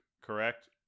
correct